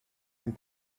and